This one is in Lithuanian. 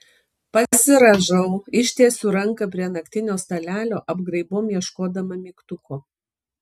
pasirąžau ištiesiu ranką prie naktinio stalelio apgraibom ieškodama mygtuko